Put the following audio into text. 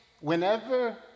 Whenever